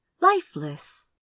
lifeless